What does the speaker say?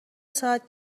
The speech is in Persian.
ساعت